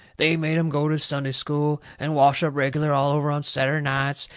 they made em go to sunday school, and wash up reg'lar all over on saturday nights,